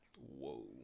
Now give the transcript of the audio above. Whoa